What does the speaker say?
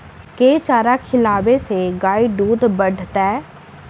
केँ चारा खिलाबै सँ गाय दुध बढ़तै?